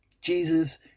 Jesus